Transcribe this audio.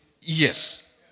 Yes